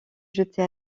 jeté